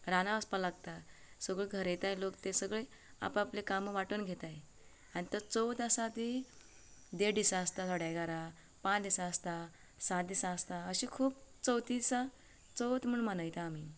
रानांत वचपाक लागता सगळ्यो घर येताय लोक ते सगळे आपआपलें काम वाटून घेताय आनी ती चवथ आसा ती देड दिसां आसता थोड्या घरा पांच दिसां आसता सात दिसां आसता अशे खूब चवथी दिसा चवथ म्हूण मनयता आमी